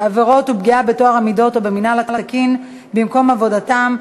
עבירות ופגיעה בטוהר המידות או במינהל התקין במקום עבודתם),